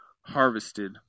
harvested